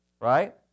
right